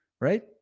right